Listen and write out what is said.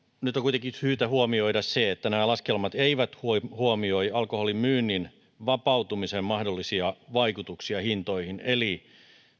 nyt on kuitenkin syytä huomioida se että nämä laskelmat eivät huomioi alkoholin myynnin vapautumisen mahdollisia vaikutuksia hintoihin eli